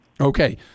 Okay